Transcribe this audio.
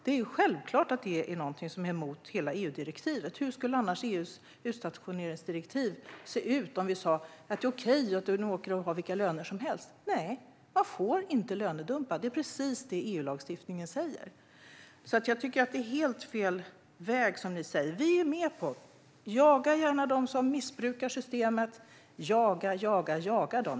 Det är ju självklart att det går emot hela EU-direktivet. Hur skulle EU:s utstationeringsdirektiv se ut om vi sa att det är okej att åka till vilken lön som helst? Man får inte lönedumpa. Det är precis det EU-lagstiftningen säger. Er väg tycker jag dock är helt fel. Vi är med på att jaga dem som missbrukar systemet - jaga, jaga, jaga dem!